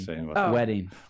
Wedding